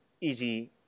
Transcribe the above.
easy